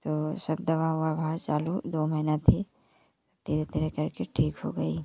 तो सब दवा अवा वहाँ चालू दो महिना थी धीरे धीरे करके ठीक हो गई